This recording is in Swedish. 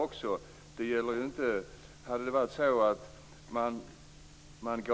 Man ger